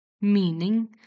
Meaning